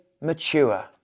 mature